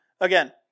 again